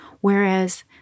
whereas